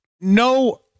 No